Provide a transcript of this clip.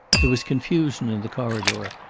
there was confusion in the corridor.